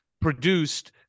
produced